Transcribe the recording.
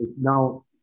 now